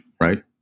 right